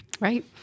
Right